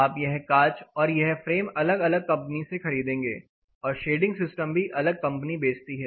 आप यह कांच और यह फ्रेम अलग अलग कंपनी से खरीदेंगे और शेडिंग सिस्टम भी अलग कंपनी बेचती है